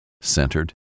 centered